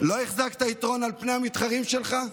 לא החזקת יתרון על פני המתחרים שלך?